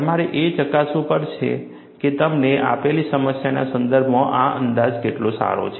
તમારે એ ચકાસવું પડશે કે તમને આપેલી સમસ્યાના સંદર્ભમાં આ અંદાજ કેટલો સારો છે